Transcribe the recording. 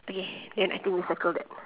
okay then I think we circle that